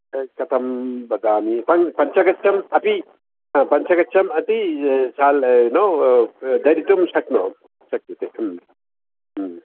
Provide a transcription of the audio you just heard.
तत् कथं वदामि पञ् पञ्चगच्चम् अपि हा पञ्चगच्छम् अपि चल् यु नो दरितुं शक्नो शक्यते